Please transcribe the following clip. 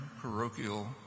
parochial